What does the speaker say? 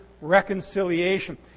reconciliation